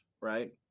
right